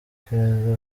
keza